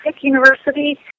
University